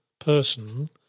person